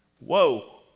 Whoa